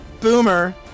Boomer